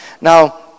Now